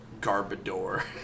Garbador